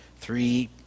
three